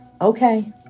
okay